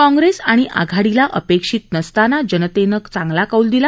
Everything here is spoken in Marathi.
काँग्रेस आणि आघाडीला अपेक्षित नसताना जनतेनं चांगला कौल दिला